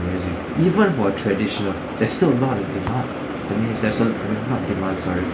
music even for traditional that's still not even art that means demand sorry